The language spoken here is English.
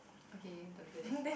okay don't do this